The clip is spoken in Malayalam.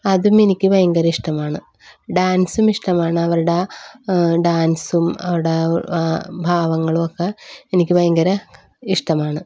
അതും എനിക്ക് ഭയങ്കര ഇഷ്ടമാണ് ഡാൻസും ഇഷ്ടമാണ് അവരുടെ ഡാൻസും അവരുടെ ഭാവങ്ങളും ഒക്കെ എനിക്ക് ഭയങ്കര ഇഷ്ടമാണ്